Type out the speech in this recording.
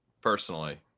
personally